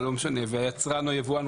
לא אימוץ